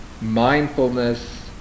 mindfulness